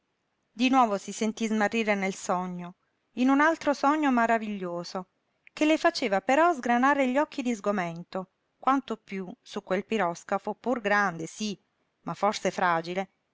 di nuovo si sentí smarrire nel sogno in un altro sogno maraviglioso che le faceva però sgranare gli occhi di sgomento quanto piú su quel piroscafo pur grande sí ma forse fragile